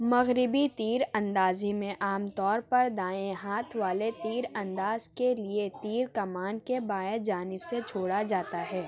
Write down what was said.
مغربی تیر اندازی میں عام طور پر دائیں ہاتھ والے تیر انداز کے لیے تیر کمان کے بائیں جانب سے چھوڑا جاتا ہے